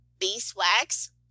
beeswax